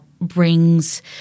brings